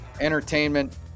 entertainment